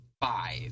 five